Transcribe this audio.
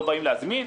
לא באים להזמין,